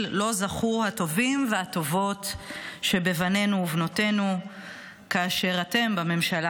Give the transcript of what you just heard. שלו זכו הטובים והטובות שבבנינו ובנותינו כאשר אתם בממשלה